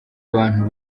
abantu